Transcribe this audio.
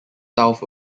south